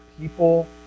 people